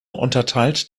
unterteilt